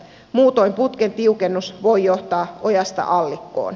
muutoin putken tiukennus voi johtaa ojasta allikkoon